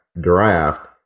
draft